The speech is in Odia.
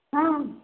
ହଁ